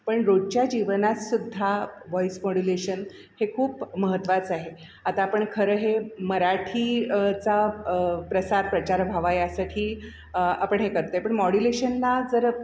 पण रोजच्या जीवनात सुद्धा वॉईस मॉड्युलेशन हे खूप महत्त्वाचं आहे आता आपण खरं हे मराठी चा प्रसार प्रचार व्हावा यासाठी आपण हे करतो आहे पण मॉडुलेशनला जर